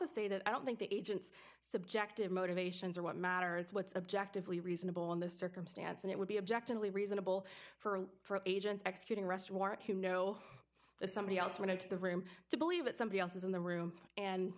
also say that i don't think the agents subjective motivations are what matter it's what's objectively reasonable in this circumstance and it would be objectively reasonable for a agents executing arrest warrant to know that somebody else went into the room to believe that somebody else was in the room and